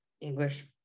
English